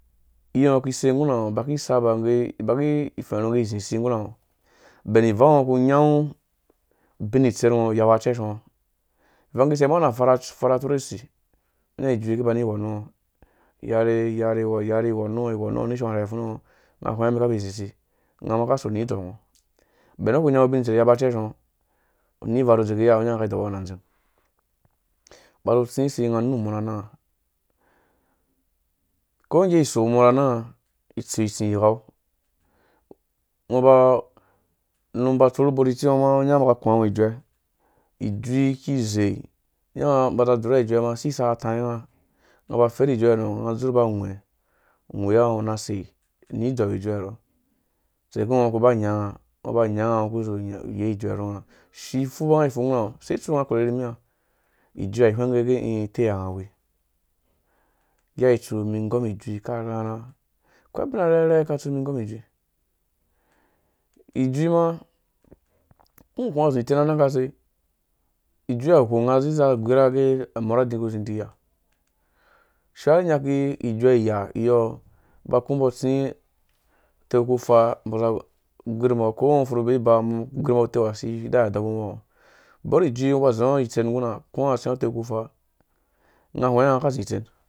Iyo ki ei nguna ngo ba ki saba ngge ba ki fɛrhũge izi si ngurha ngo bɛn ivan ngɔ ku nya ngu ubin itserh ngo yau na cɛsh ngɔ ivang kise ma ngo na varha atorho si ngo nya ijui ki ba ni ghɔn nu ngɔ yarhe-yarhe-gho yarhe ghon nu ngɔ ghon nu ngo ni shong asha ifu nu ngo nga hwɛnga mbi ka bei zi usi nga ma ka sei ni dzow ngo ben ngu ku nyanga abin itser yap na cɛsh ngɔ ni varh dzeku iya ngɔ nya nga kai dɔba ngɔ na dzin, ba zu tsi usi nga nu mo na nãnha ko ngge iso mo na nãnha iso itsi ighaw ngĩ ba unum ba tsiru ubo nu itsi ngo ma ngo nya nga maka kũwã ngɔ iduee ijui kize nga baza dzurha ijuee ma ngo nya nga si saka tainga ngo ba dzurh ijuee nɔ nga dzurh ba igwɛ ngwɛwa ngɔ na sei ni dzɔu ijuee rɔ tseku ngo kuba nya nga ngɔ ba nya nga kpu zi yei ijuee rhu nga, si fuba ngo ifu ngu na ngo use tsu nga kerhe na miha ijui ha ihweng ngge gɛ i uteiya nga wi ngeha tsu mi gɔm ijui ka rharha akwei abin arherhe ka tsu mi gom ijui, ijui ma, ko ngo ku nga zi itsen na nang akase ijui aghong nga zi za gwirh agɛ amorh ka udi ku zi di ya shiwua ni nyaki ijuee iya iyo ngo ba ku mbo tsi uteu kufa mbo za gwirh mbo ko ngɔ furhu bei ba mbo za gwirh mbo ko ngo furhu u teu ha si de iya dɔ bum ngɔ bɔr ijui, ngo ba zi itsen ngɔ. ku nga tsi teu ku fa ngã hwenga nga ka zi itser